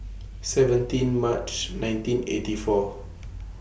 seventeen March nineteen eighty four